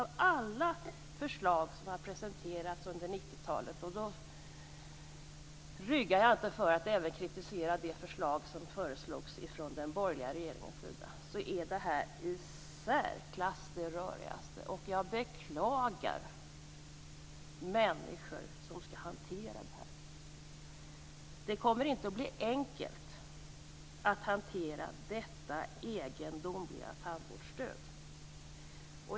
Av alla förslag som har presenterats under 90-talet, och då ryggar jag inte för att även kritisera det förslag som lades fram av den borgerliga regeringen, är detta i särklass det rörigaste. Jag beklagar de människor som skall hantera det här. Det kommer inte att bli enkelt att hantera detta egendomliga tandvårdsstöd.